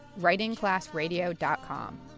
writingclassradio.com